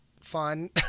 fun